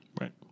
Right